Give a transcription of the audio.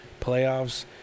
playoffs